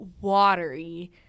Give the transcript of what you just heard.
watery